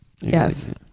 yes